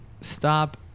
Stop